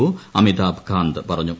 O Amitabh Kant പറഞ്ഞു